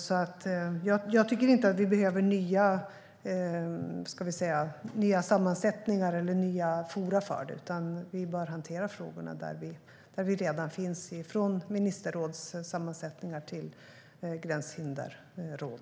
Jag tycker alltså inte att vi behöver nya sammansättningar eller nya forum för de här frågorna, utan vi bör hantera frågorna där vi redan finns - från ministerrådssammansättningar till gränshinderråd.